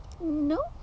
No